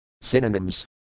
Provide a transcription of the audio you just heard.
Synonyms